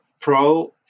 pro